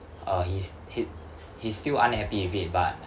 uh he's h~ he's still unhappy with it but